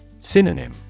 Synonym